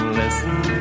listen